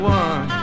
one